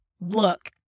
Look